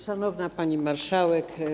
Szanowna Pani Marszałek!